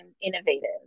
innovative